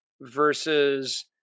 versus